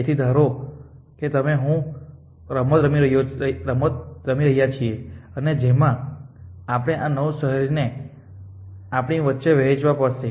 તેથી ધારો કે તમે અને હું આ રમત રમી રહ્યા છીએ અને જેમાં આપણે આ 9 શહેરોને આપણી વચ્ચે વહેંચવા પડશે